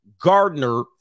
Gardner